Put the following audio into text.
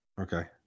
Okay